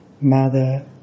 Mother